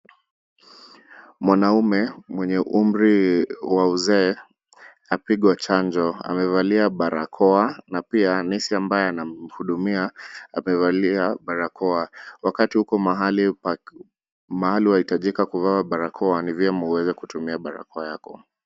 Mwanaume mwenye umri wa uzee apigwa chanjo. Amevalia barakoa na pia nesi ambaye anamhudumia amevalia barakoa. Wakati uko mahali wahitajika kuvaa barakoa, ni vyema uweze kutumia barakoa yako.